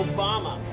Obama